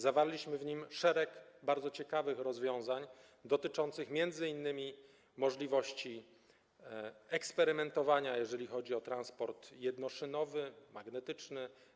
Zawarliśmy w nim szereg bardzo ciekawych rozwiązań dotyczących m.in. możliwości eksperymentowania, jeżeli chodzi o transport jednoszynowy, magnetyczny.